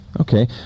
Okay